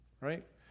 Right